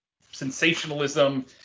sensationalism